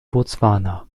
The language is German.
botswana